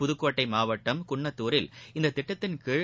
புதக்கோட்டை மாவட்டம் குன்னத்தூரில் இந்த திட்டத்தின்கீழ்